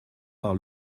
par